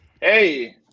Hey